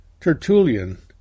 Tertullian